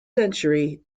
century